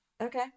okay